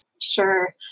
Sure